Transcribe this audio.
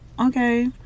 okay